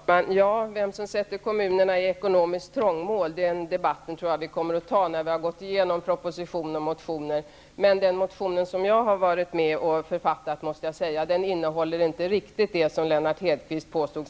Fru talman! Debatten om vem som sätter kommunerna i ekonomiskt trångmål tror jag att vi får ta när vi har gått igenom proposition och motioner. Men den motion som jag har varit med och författat innehåller inte riktigt det som Lennart Hedquist påstod.